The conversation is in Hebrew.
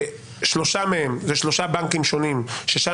ושלושה מהם הם שלושה בנקים שונים ושם